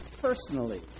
personally